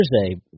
Thursday